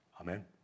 Amen